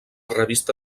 revista